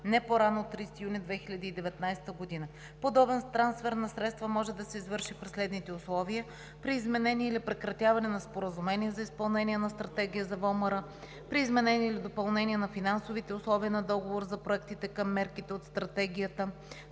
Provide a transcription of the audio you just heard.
не по-рано от 30 юни 2019 г. Подобен трансфер на средства може да се извърши при следните условия: при изменение или прекратяване на споразумение за изпълнение на стратегия за ВОМР, при изменение или допълнение на финансовите условия на договора за проектите към мерките от Стратегията